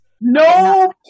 No